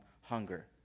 hunger